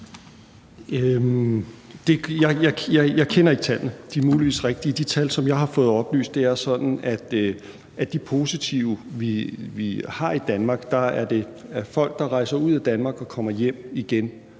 Jeg kender ikke tallene. De er muligvis rigtige. Ifølge de tal, som jeg har fået oplyst, er det sådan, at de positive, vi har i Danmark, og som er folk, der rejser ud af Danmark og kommer hjem igen,